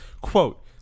Quote